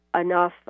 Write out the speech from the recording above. enough